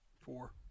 Four